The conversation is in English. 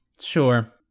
sure